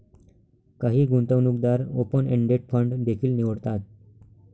काही गुंतवणूकदार open ended fund देखील निवडतात